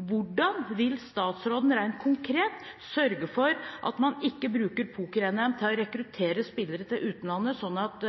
Hvordan vil statsråden rent konkret sørge for at man ikke bruker poker-NM til å rekruttere spillere til utlandet, sånn at